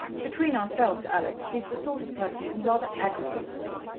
between ourselves, alex, she's the sort of person who rather aggravates me.